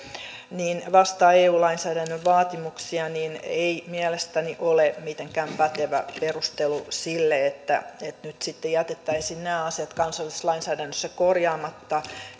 vastaa eu lainsäädännön vaatimuksia niin se että direktiiviä ollaan uudistamassa ei mielestäni ole mitenkään pätevä perustelu sille että nyt sitten jätettäisiin nämä asiat kansallisessa lainsäädännössä korjaamatta